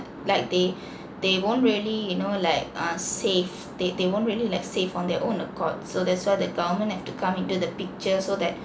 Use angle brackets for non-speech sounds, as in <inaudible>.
like they <breath> they won't really you know like uh save they they won't really like save on their own accord so that's why the government have to come into the picture so that